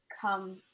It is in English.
come